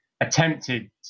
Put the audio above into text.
attempted